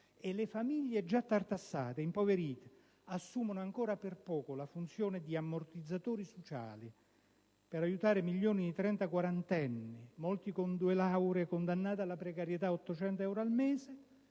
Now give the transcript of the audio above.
e le famiglie, già tartassate ed impoverite, assumono - ancora per poco - la funzione di ammortizzatori sociali per aiutare milioni di trenta-quarantenni, molti con due lauree, condannati alla precarietà ad 800 euro al mese,